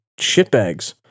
shitbags